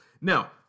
Now